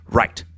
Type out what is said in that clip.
right